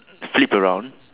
sleep around